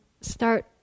start